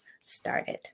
started